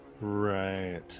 Right